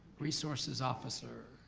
resources officer.